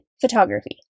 photography